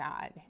God